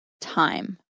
time